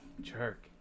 jerk